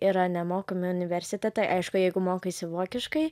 yra nemokami universitetai aišku jeigu mokaisi vokiškai